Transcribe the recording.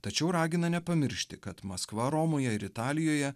tačiau ragina nepamiršti kad maskva romoje ir italijoje